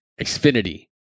Xfinity